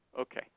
Okay